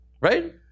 Right